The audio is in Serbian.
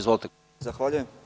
Zahvaljujem.